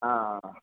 ആ